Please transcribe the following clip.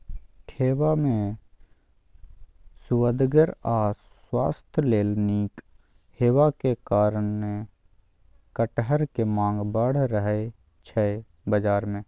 खेबा मे सुअदगर आ स्वास्थ्य लेल नीक हेबाक कारणेँ कटहरक माँग बड़ रहय छै बजार मे